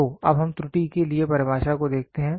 तो अब हम त्रुटि के लिए परिभाषा को देखते हैं